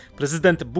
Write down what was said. prezydent